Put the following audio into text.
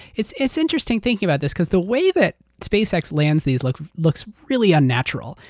it's it's interesting thinking about this because the way that spacex lands these looks looks really unnatural.